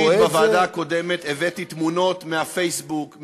אני אישית בוועדה הקודמת הבאתי תמונות מהפייסבוק,